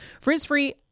Frizz-free